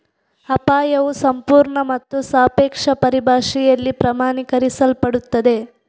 ಅಪಾಯವು ಸಂಪೂರ್ಣ ಮತ್ತು ಸಾಪೇಕ್ಷ ಪರಿಭಾಷೆಯಲ್ಲಿ ಪ್ರಮಾಣೀಕರಿಸಲ್ಪಡುತ್ತದೆ